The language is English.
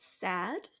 sad